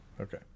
Okay